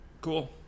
Cool